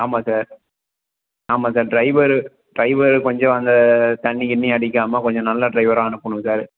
ஆமாம் சார் ஆமாம் sir driver driver கொஞ்சம் அந்த தண்ணி கிண்ணி அடிக்காமல் கொஞ்சம் நல்ல டிரைவராக அனுப்புணும் சார்